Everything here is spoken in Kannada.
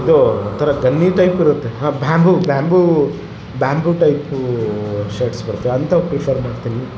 ಇದು ಒಂತರ ಗನ್ನಿ ಟೈಪ್ ಇರುತ್ತೆ ಹಾಂ bamboo bamboo bamboo type shirts ಬರುತ್ತೆ ಅಂಥವ್ ಪ್ರಿಫರ್ ಮಾಡ್ತೀನಿ